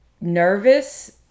nervous